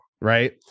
right